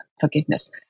forgiveness